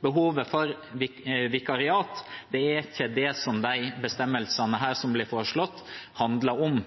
behovet for vikariat. Det er ikke det disse bestemmelsene som blir foreslått, handler om.